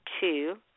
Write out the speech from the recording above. two